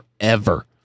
forever